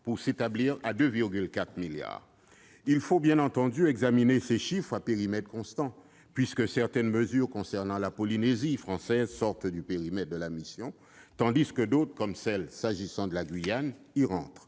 pour s'établir à 2,4 milliards d'euros. Il faut bien entendu examiner ces chiffres à périmètre constant, puisque certaines mesures concernant la Polynésie française sortent du périmètre de la mission, tandis que d'autres, comme celles qui concernent la Guyane, y entrent.